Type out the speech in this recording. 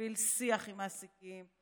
מוביל שיח עם מעסקים.